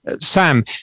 Sam